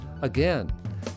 again